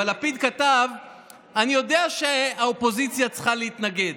אבל לפיד כתב: אני יודע שהאופוזיציה צריכה להתנגד.